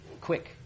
quick